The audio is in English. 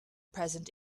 present